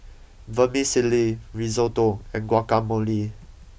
Vermicelli Risotto and Guacamole